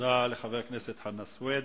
תודה לחבר הכנסת חנא סוייד.